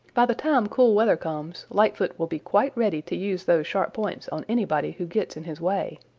by the time cool weather comes, lightfoot will be quite ready to use those sharp points on anybody who gets in his way.